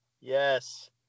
Yes